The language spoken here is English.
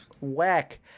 Whack